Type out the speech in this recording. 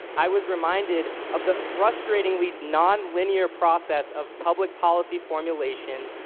i was reminded of the frustratingly non linear process of public policy formulation,